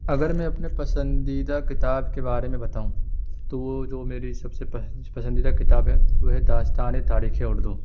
اگر میں اپنے پسندیدہ کتاب کے بارے میں بتاؤں تو وہ جو میری سب سے پسندیدہ کتاب ہے وہ ہے داستان تاریخ اردو